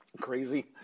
Crazy